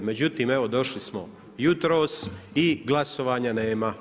Međutim, evo došli smo jutros i glasovanja nema.